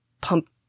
pump